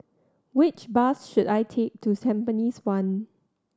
which bus should I take to Tampines One